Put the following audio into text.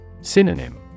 Synonym